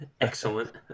Excellent